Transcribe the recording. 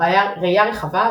ראייה רחבה,